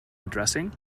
addressing